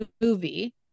movie –